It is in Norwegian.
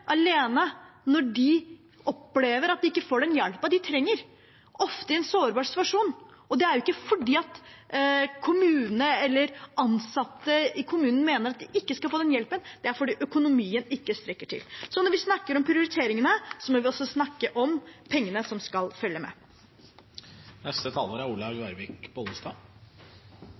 alene når de opplever at de ikke får den hjelpen de trenger, ofte i en sårbar situasjon. Det er ikke fordi kommunene eller ansatte i kommunene mener at de ikke skal få den hjelpen; det er fordi økonomien ikke strekker til. Så når vi snakker om prioriteringene, må vi også snakke om pengene som skal følge med. Prioritering er